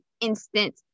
instant